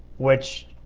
which